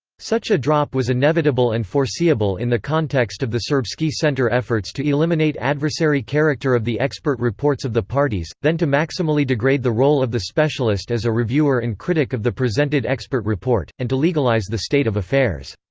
such a drop was inevitable and foreseeable in the context of the serbsky center efforts to eliminate adversary character of the expert reports of the parties, then to maximally degrade the role of the specialist as a reviewer and critic of the presented expert report, and to legalize the state of affairs.